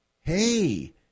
Hey